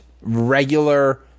regular